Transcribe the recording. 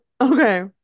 Okay